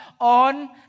on